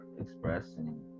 expressing